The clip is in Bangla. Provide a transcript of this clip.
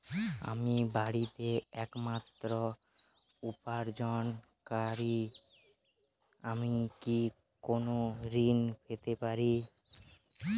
আমি বাড়িতে একমাত্র উপার্জনকারী আমি কি কোনো ঋণ পেতে পারি?